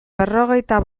berrogeita